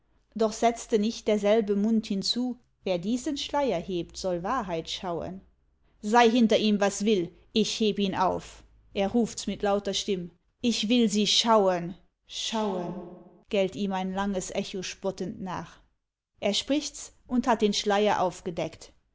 doch setzte nicht derselbe mund hinzu wer diesen schleier hebt soll wahrheit schauen sei hinter ihm was will ich heb ihn auf er rufts mit lauter stimm ich will sie schauen schauen gellt ihm ein langes echo spottend nach er sprichts und hat den schleier aufgedeckt